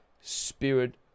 spirit